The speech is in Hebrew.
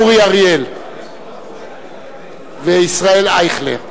אורי אריאל וישראל אייכלר.